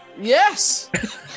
Yes